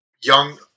young